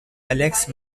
alex